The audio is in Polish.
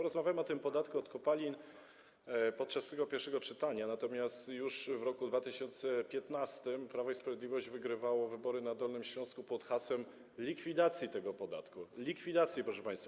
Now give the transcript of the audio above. Rozmawiamy o tym podatku od kopalin podczas tego pierwszego czytania, natomiast już w roku 2015 Prawo i Sprawiedliwość wygrywało wybory na Dolnym Śląsku pod hasłem likwidacji tego podatku: likwidacji, proszę państwa.